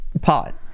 pot